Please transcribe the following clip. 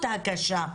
מהמציאות הקשה.